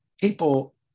people